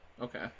Okay